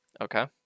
okay